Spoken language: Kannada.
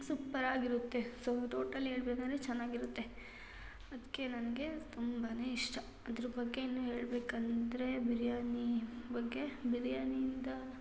ಸುಪ್ಪರಾಗಿರುತ್ತೆ ಸೊ ಟೋಟಲ್ ಹೇಳ್ಬೇಕಂದ್ರೆ ಚೆನ್ನಾಗಿರುತ್ತೆ ಅದಕ್ಕೆ ನನಗೆ ತುಂಬಾ ಇಷ್ಟ ಅದ್ರ ಬಗ್ಗೆ ಇನ್ನೂ ಹೇಳಬೇಕಂದ್ರೆ ಬಿರ್ಯಾನಿ ಬಗ್ಗೆ ಬಿರ್ಯಾನಿಯಿಂದ